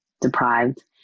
deprived